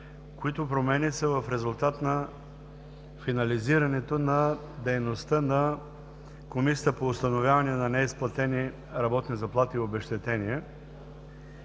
които са в резултат на финализирането на дейността на Комисията по установяване на неизплатени работни заплати и обезщетения.